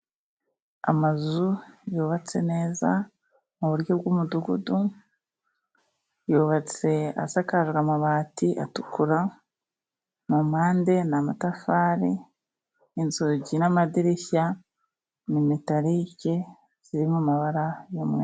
Amazu yubatse neza mu buryo bw'umudugudu, yubatswe asakaje amabati atukura, mu mpande ni amatafari, inzugi n'amadirishya ni metarike ziri mu mabara y'umweru.